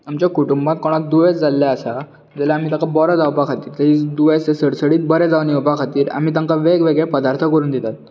आमच्या कुटुंबांत कोणाक दुयेंस जाल्लें आसा जाल्यार आमी ताका बरो जावपा खातीर ताचें दुयेंस सडसडीत बरें जावन येवपा खातीर आमी तांकां वेगळेवेगळे पदार्थ करून दितात